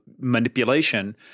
manipulation